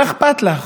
מה אכפת לך?